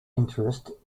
interest